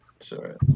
sure